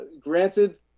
Granted